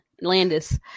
Landis